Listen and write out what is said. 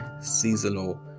seasonal